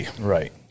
Right